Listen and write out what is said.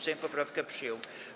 Sejm poprawkę przyjął.